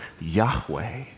Yahweh